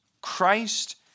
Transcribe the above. Christ